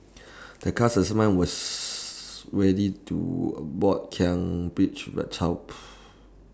The class assignment was ready to about Kian Page